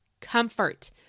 Comfort